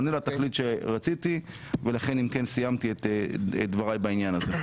הוא עונה לתכלית אותה רציתי ולכן סיימתי את דבריי בעניין הזה.